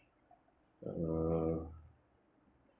err